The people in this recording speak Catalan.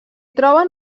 troben